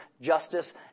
justice